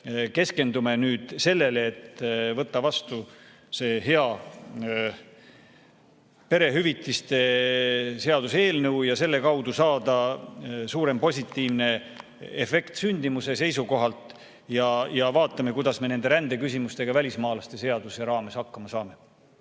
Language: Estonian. keskendume nüüd sellele, et võtta vastu see hea perehüvitiste seaduse eelnõu ja selle kaudu saada suurem positiivne efekt sündimuse seisukohalt. Ja vaatame, kuidas me nende rändeküsimustega välismaalaste seaduse raames hakkama saame.